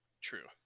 True